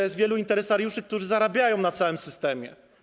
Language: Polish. Jest wielu interesariuszy, którzy zarabiają na całym systemie.